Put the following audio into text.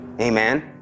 amen